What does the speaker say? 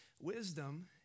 Wisdom